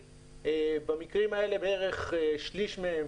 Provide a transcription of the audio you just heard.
במקרים האלה בערך שליש מהם,